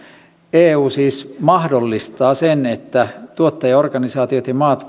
eu siis mahdollistaa sen että tuottajaorganisaatiot ja maat